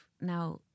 now